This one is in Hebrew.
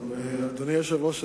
אדוני היושב-ראש,